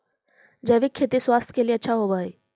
जैविक खेती स्वास्थ्य के लिए अच्छा होवऽ हई